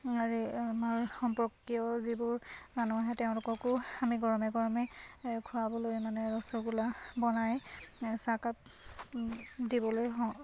আৰু আমাৰ সম্পৰ্কীয় যিবোৰ মানুহ আহে তেওঁলোককো আমি গৰমে গৰমে খুৱাবলৈ মানে ৰসগোল্লা বনাই চাহকাপ দিবলৈ হওঁ